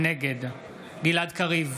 נגד גלעד קריב,